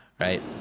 right